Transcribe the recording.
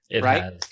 right